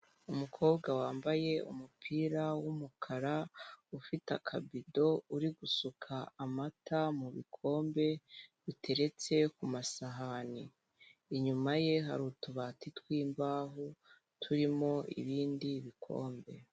Umukobwa wambaye umupira w'umukara ufite akabido uri gusuka amata mubikombe biteretse ku masahani inyuma ye hari utubati twimbaho turimo ibindi bikombe .